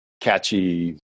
catchy